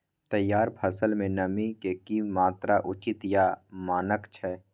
तैयार फसल में नमी के की मात्रा उचित या मानक छै?